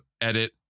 edit